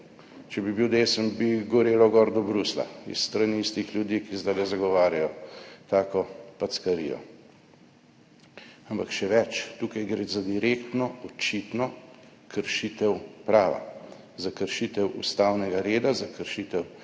če bi bil desen, bi gorelo gor do Bruslja s strani istih ljudi, ki zdaj zagovarjajo tako packarijo. Ampak še več, tukaj gre za direktno, očitno kršitev prava, za kršitev ustavnega reda, za kršitev